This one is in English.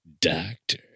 doctor